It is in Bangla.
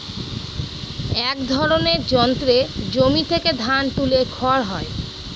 এক ধরনের যন্ত্রে জমি থেকে ধান তুলে খড় হয়